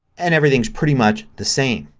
and everything is pretty much the same.